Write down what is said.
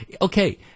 Okay